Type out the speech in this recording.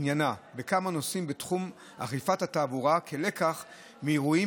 עניינה כמה נושאים בתחום אכיפת התעבורה כלקח מהאירועים